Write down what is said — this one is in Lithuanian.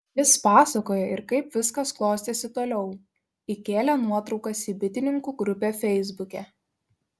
jis pasakoja ir kaip viskas klostėsi toliau įkėlė nuotraukas į bitininkų grupę feisbuke